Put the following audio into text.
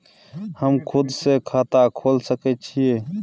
हम खुद से खाता खोल सके छीयै?